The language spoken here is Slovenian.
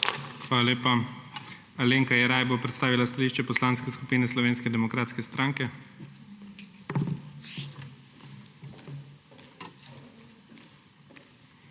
Hvala lepa. Alenka Jeraj bo predstavila stališče Poslanske skupine Slovenske demokratske stranke.